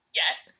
yes